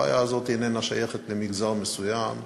הבעיה הזאת איננה שייכת למגזר מסוים,